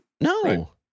No